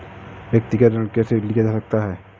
व्यक्तिगत ऋण कैसे लिया जा सकता है?